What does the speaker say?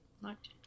Locked